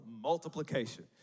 multiplication